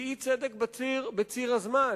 היא אי-צדק בציר הזמן,